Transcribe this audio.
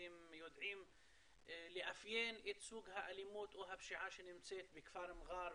אתם יודעים לאפיין את סוג האלימות או הפשיעה שנמצאת בכפר מראר,